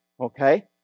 okay